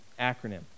acronym